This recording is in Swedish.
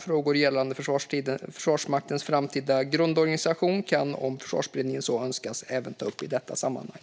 Frågor gällande Försvarsmaktens framtida grundorganisation kan, om Försvarsberedningen så önskar, även tas upp i detta sammanhang.